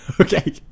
Okay